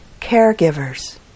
caregivers